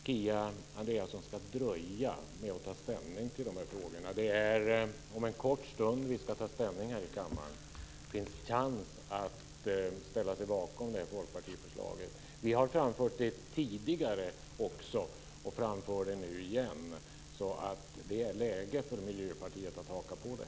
att Kia Andreasson ska dröja med att ta ställning till de här frågorna. Det är om en kort stund vi ska ta ställning här i kammaren. Det finns en chans att ställa sig bakom folkpartiförslaget. Vi har framfört det tidigare också, och framför det nu igen. Nu är det läge för Miljöpartiet att haka på detta.